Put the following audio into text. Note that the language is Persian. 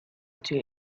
توی